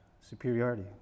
superiority